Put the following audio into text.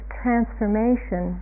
transformation